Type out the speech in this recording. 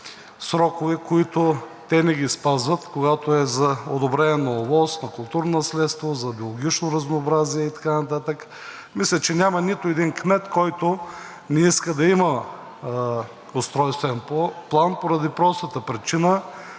срокове, които те не ги спазват, когато е за одобрение на ОВОС, на културно наследство, за биологично разнообразие и така нататък. Мисля, че няма нито един кмет, който не иска да има устройствен план, поради простата причина,